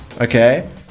okay